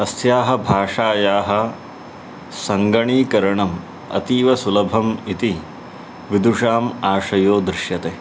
अस्याः भाषायाः सङ्गणकीकरणम् अतीव सुलभम् इति विदुषाम् आशयो दृश्यते